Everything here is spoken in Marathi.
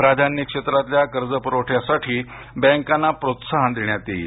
प्राधान्य क्षेत्रातल्या कर्जपुरवठ्यासाठी बँकांना प्रोत्साहन देण्यात येईल